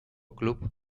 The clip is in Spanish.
club